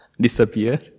disappear